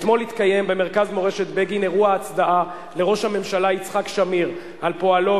התקיים במרכז מורשת בגין אירוע הצדעה לראש הממשלה יצחק שמיר על פועלו,